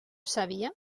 sabia